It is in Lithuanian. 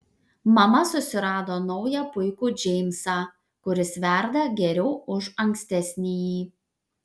mama susirado naują puikų džeimsą kuris verda geriau už ankstesnįjį